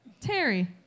Terry